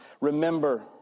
remember